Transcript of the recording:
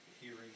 hearing